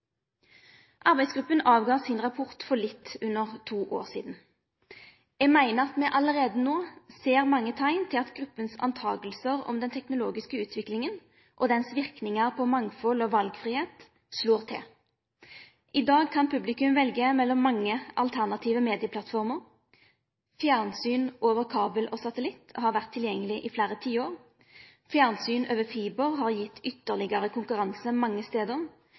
sin rapport for litt under to år sidan. Eg meiner at me allereie no ser mange teikn til at gruppas meining om den teknologiske utviklinga og verknadene ho ville ha på mange sin valfridom, slår til. I dag kan publikum velje mellom mange alternative medieplattformer: Fjernsyn over kabel og satellitt har vore tilgjengeleg i fleire tiår. Fjernsyn over fiber har gitt ytterlegare konkurranse mange stader.